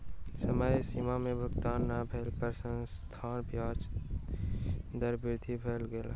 समय सीमा में भुगतान नै भेला पर साधारण ब्याज दर में वृद्धि भ गेल